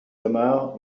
amarres